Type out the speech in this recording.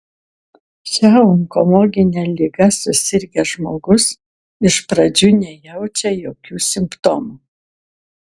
šia onkologine liga susirgęs žmogus iš pradžių nejaučia jokių simptomų